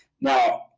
now